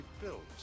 built